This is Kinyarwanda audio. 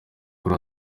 kuri